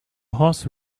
horse